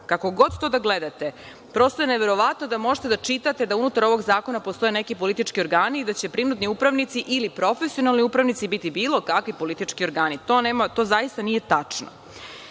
kako god to da gledate, prosto je neverovatno da možete da čitate da unutar ovog zakona postoje neki politički organi i da će prinudni upravnici ili profesionalni upravnici, biti bilo kakvi politički organi. To zaista nije